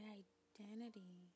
identity